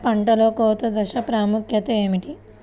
పంటలో కోత దశ ప్రాముఖ్యత ఏమిటి?